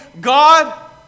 God